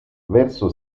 verso